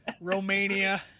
Romania